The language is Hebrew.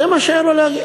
זה מה שהיה לו להגיד.